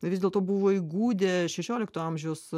vis dėlto buvo įgudę šešiolikto amžiaus